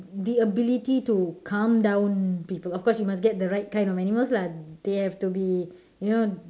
the ability to calm down people of course you must get the right kind of animals lah they have to be you know